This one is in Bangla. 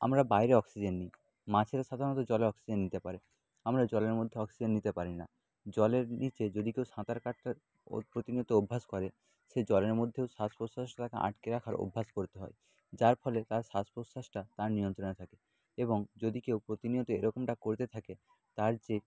আমরা বাইরে অক্সিজেন নিই মাছেরা সাধারণত জলে অক্সিজেন নিতে পারে আমরা জলের মধ্যে অক্সিজেন নিতে পারি না জলের নিচে যদি কেউ সাঁতার কাটতে প্রতিনিয়ত অভ্যাস করে সে জলের মধ্যেও শ্বাস প্রশ্বাসটাকে আটকে রাখার অভ্যাস করতে হয় যার ফলে তার শ্বাস প্রশ্বাসটা তার নিয়ন্ত্রণে থাকে এবং যদি কেউ প্রতিনিয়ত এরকমটা করতে থাকে তার যে